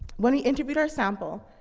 when we interviewed our sample,